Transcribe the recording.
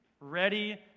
ready